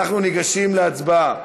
אנחנו ניגשים להצבעה